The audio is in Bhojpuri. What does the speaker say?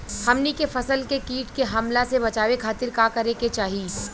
हमनी के फसल के कीट के हमला से बचावे खातिर का करे के चाहीं?